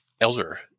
elder